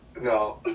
No